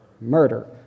murder